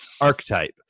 archetype